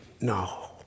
No